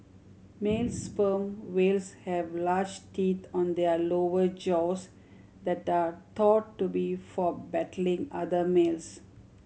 male sperm whales have large teeth on their lower jaws that are thought to be for battling other males